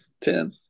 ten